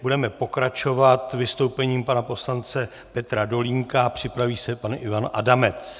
Budeme pokračovat vystoupením pana poslance Petra Dolínka, připraví se pan Ivan Adamec.